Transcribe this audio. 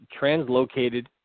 translocated